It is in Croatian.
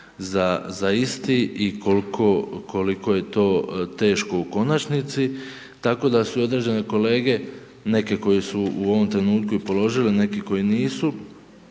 za isti i koliko je to teško u konačnici, tako da su i određene kolege, neke koje su u ovom trenutku i položile, a neke koje nisu.